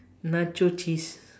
nacho cheese